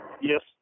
Yes